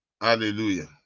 Hallelujah